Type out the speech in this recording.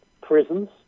prisons